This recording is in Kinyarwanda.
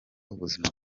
ubuzima